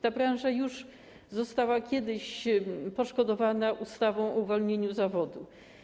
Ta branża już została kiedyś poszkodowana ustawą o uwolnieniu zawodów.